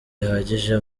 bihagije